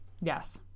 Yes